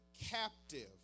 captive